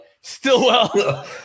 Stillwell